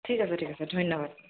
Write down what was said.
ঠিক আছে ঠিক আছে ধন্যবাদ